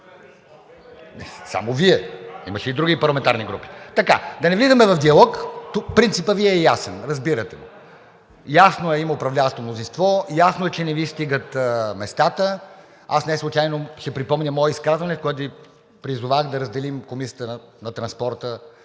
Само Вие! Имаше и други парламентарни групи. Да не влизаме в диалог. Принципът Ви е ясен, разбирате го. Ясно е: има управляващо мнозинство. Ясно е, че не Ви стигат местата. Аз неслучайно ще припомня мое изказване, в което Ви призовах да разделим Комисията на транспорта